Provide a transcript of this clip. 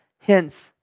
Hence